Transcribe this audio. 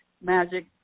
Magic